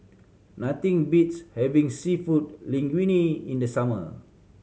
nothing beats having Seafood Linguine in the summer